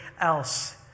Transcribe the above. else